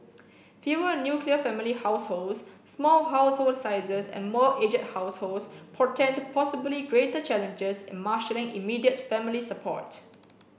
fewer nuclear family households small household sizes and more aged households portend possibly greater challenges in marshalling immediate family support